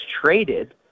traded